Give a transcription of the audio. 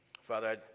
Father